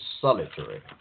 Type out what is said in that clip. Solitary